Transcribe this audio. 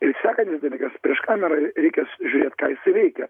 ir sekantis dalykas prieš kamerą reikia žiūrėt ką jisai veikia